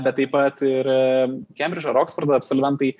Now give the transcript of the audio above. bet taip pat ir kembridžo ir oksfordo absolventai